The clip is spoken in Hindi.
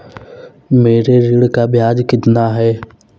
मेरे ऋण का ब्याज कितना है?